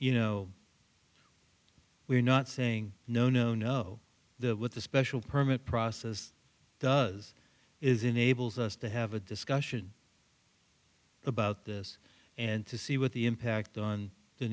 you know we're not saying no no no the with the special permit process does is enables us to have a discussion about this and to see what the impact on the